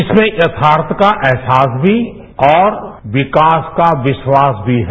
इसमें यथार्थ का एहसास भी और विकास का विश्वास भी है